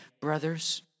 Brothers